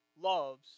loves